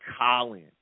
Colin